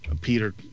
Peter